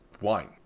wine